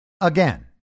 Again